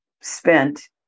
spent